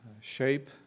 shape